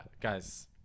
guys